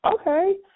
Okay